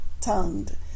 tongued